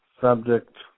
subject